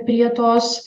prie tos